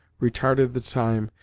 retarded the time,